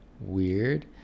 weird